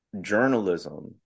Journalism